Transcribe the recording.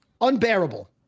Unbearable